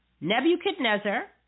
Nebuchadnezzar